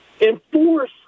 enforce